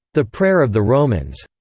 the prayer of the romans,